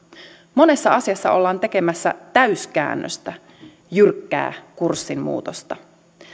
monessa asiassa ollaan tekemässä täyskäännöstä jyrkkää kurssinmuutosta